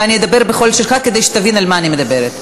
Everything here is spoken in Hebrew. ואני אדבר בקול שלך כדי שאתה תבין על מה אני מדברת.